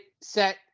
set